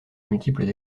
multiples